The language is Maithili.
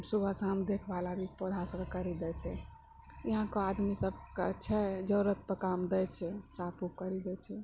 सुबह शाम देखभाल आबिके पौधा सभके करि दै छै इहाँके आदमी सभके छै जरूरतपर काम दै छै साफ ऊफ करि दै छै